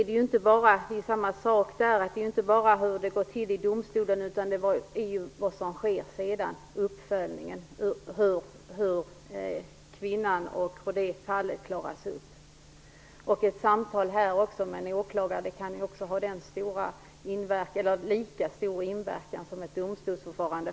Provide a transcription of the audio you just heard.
Det är inte bara vad som sker i domstolen utan också det som sker sedan - uppföljningen - som är viktigt. Ett samtal med en åklagare kan också här ha lika stor inverkan som ett domstolsförfarande.